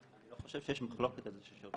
אני לא חושב שיש מחלוקת על זה שנותני